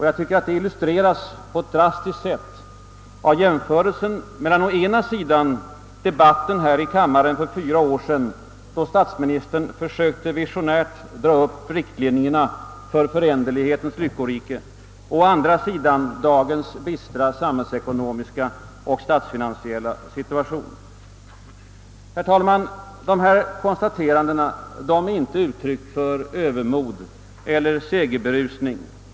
Jag tycker att det illustreras på ett drastiskt sätt av jämförelsen mellan å ena sidan debatten här i kammaren för fyra år sedan, då statsministern försökte visionärt dra upp riktlinjerna för föränderlighetens lyckorike, å andra sidan dagens bistra samhällsekonomiska och statsfinansiella situation. Dessa konstateranden är inte uttryck för övermod eller segerberusning.